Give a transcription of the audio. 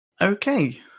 okay